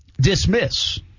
dismiss